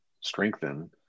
strengthen